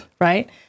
right